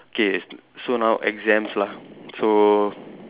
K so now exams lah so